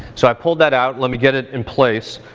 so i pulled that out, let me get it in place.